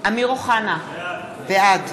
אמיר אוחנה, בעד